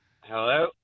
Hello